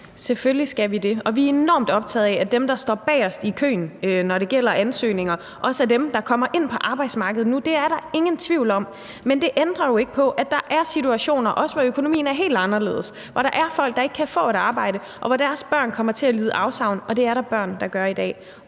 Selvfølgelig skal vi det. Og vi er enormt optaget af, at dem, der står bagerst i køen, når det gælder ansøgninger, også er dem, der kommer ind på arbejdsmarkedet nu. Det er der ingen tvivl om. Men det ændrer jo ikke på, at der også er situationer, hvor økonomien er helt anderledes, hvor der er folk, der ikke kan få et arbejde, og hvor deres børn kommer til at lide afsavn – og det er der børn der gør i dag,